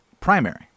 primary